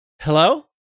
hello